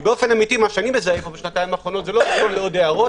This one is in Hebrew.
כי מה שאני מזהה בשנתיים האחרונות לא עוד הערות,